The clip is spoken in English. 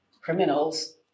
criminals